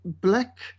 black